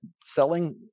selling